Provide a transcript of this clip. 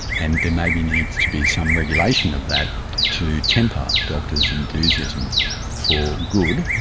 and there maybe needs to be some regulation of that to temper doctors' enthusiasm for good,